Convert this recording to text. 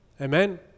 amen